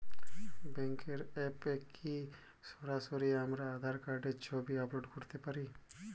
ব্যাংকের অ্যাপ এ কি সরাসরি আমার আঁধার কার্ডের ছবি আপলোড করতে পারি?